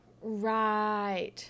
Right